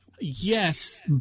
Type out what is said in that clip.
Yes